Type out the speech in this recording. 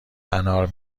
انار